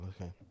Okay